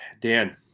Dan